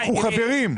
אנחנו חברים.